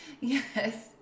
Yes